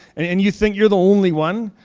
and and you think you're the only one.